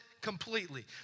completely